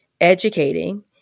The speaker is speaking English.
educating